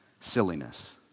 silliness